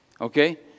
Okay